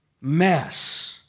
mess